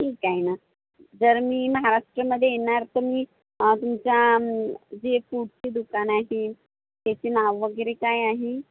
ठीक आहे ना जर मी महाराष्टमध्ये येणार तर मी तुमच्या जे फूडची दुकान आहे ती त्याचे नाव वगैरे काय आहे